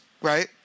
Right